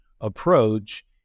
approach